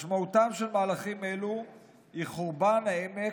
משמעותם של מהלכים אלו היא חורבן העמק,